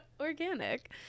Organic